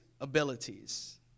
abilities